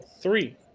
Three